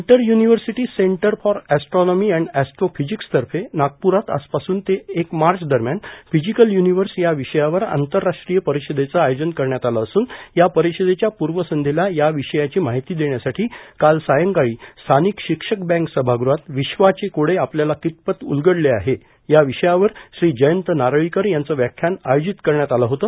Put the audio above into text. inter university centre for astronomy and अँस्ट्रोफिजिक्सतर्फे नागपुरात आजपासून ते एक मार्च दरम्यान फिजिकल युनिव्हर्स या विषयावर आंतरराष्ट्रीय परिषदेच आयोजन करण्यात आले असून या परिषदेच्या पूर्वसंघ्येला या विषयाची माहिती देण्यासाठी काल सायंकाळी स्वानिक शिक्षक बँक सभागृहात विश्वाचे कोडे आपल्याला कितपत उलगडले आहे या विषयावर श्री जयंत नारळीकर यांचं व्याख्यान आयोजित करण्यात आलं होतं